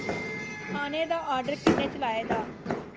खाने दा आर्डर कनेहा चलाए दा